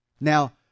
Now